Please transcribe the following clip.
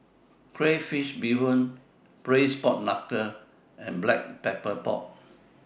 Crayfish Beehoon Braised Pork Knuckle and Black Pepper Pork